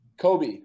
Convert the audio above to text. Kobe